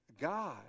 God